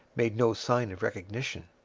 made no sign of recognition.